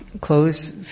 close